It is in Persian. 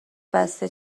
بسته